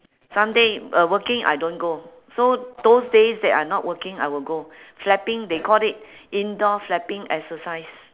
some day uh working I don't go so those days that I not working I will go flapping they called it indoor flapping exercise